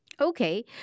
Okay